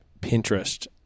Pinterest